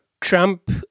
Trump